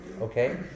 Okay